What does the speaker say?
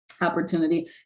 opportunity